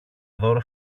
δώρο